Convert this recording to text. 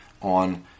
on